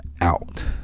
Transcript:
out